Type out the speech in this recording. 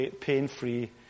pain-free